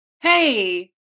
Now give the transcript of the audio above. Hey